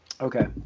Okay